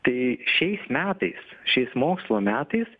tai šiais metais šiais mokslo metais